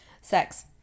Sex